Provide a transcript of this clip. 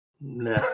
No